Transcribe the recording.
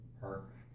park